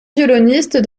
violonistes